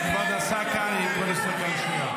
כבוד השר קרעי, שנייה.